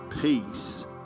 peace